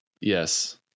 Yes